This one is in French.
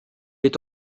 est